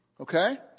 Okay